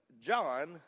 John